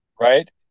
Right